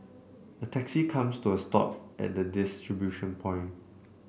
a taxi comes to a stop at the distribution point